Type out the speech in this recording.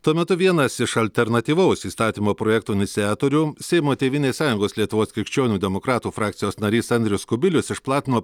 tuo metu vienas iš alternatyvaus įstatymo projekto iniciatorių seimo tėvynės sąjungos lietuvos krikščionių demokratų frakcijos narys andrius kubilius išplatino